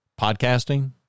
podcasting